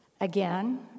Again